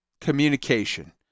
communication